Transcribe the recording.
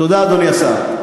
תודה, אדוני השר.